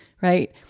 right